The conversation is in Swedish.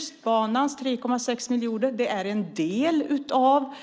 Tjustbanans 3,6 miljarder är en del av